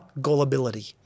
gullibility